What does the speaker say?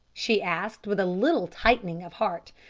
she asked with a little tightening of heart.